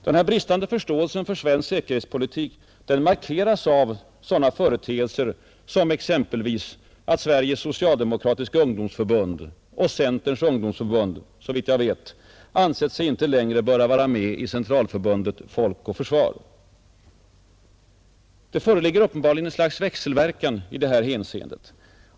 Den bristande förståelsen för svensk säkerhetspolitik markeras av sådana företeelser som att Sveriges socialdemokratiska ungdomsförbund och Centerns ungdomsförbund så vitt jag vet ansett sig inte längre böra vara med i Centralförbundet Folk och försvar. Det föreligger uppenbarligen ett slags växelverkan i det här hänseendet.